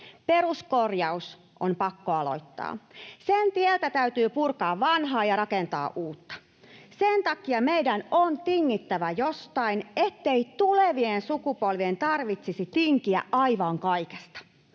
Peruskorjaus on pakko aloittaa. Sen tieltä täytyy purkaa vanhaa ja rakentaa uutta. Sen takia meidän on tingittävä jostain, ettei tulevien sukupolvien tarvitsisi tinkiä aivan kaikesta.